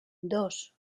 dos